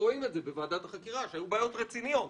בוועדת החקירה רואים שהיו בעיות רציניות.